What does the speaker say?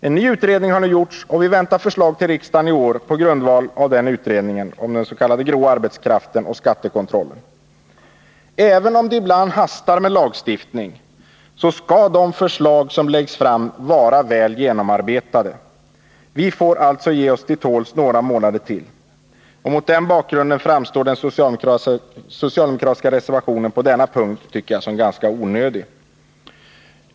En ny utredning har nu gjorts, och vi väntar förslag till riksdagen i år på grundval av den utredningen om den s.k. grå arbetskraften och skattekontrollen. Även om det ibland hastar med lagstiftning, skall de Nr 147 förslag som läggs fram vara väl genomarbetade. Vi får alltså ge oss till tåls Torsdagen den några månader till. Mot den bakgrunden tycker jag att den socialdemokra 21 maj 1981 tiska reservationen på denna punkt framstår som ganska onödig.